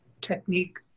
technique